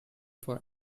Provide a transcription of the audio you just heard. for